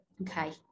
Okay